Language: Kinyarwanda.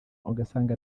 ugasanga